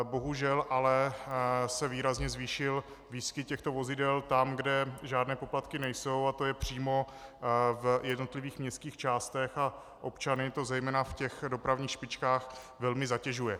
Bohužel ale se výrazně zvýšil výskyt těchto vozidel tam, kde žádné poplatky nejsou, přímo v jednotlivých městských částech, a občany to zejména v těch dopravních špičkách velmi zatěžuje.